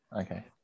okay